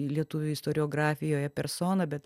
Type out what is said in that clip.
lietuvių istoriografijoje personą bet